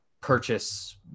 purchase